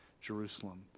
Jerusalem